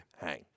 Hang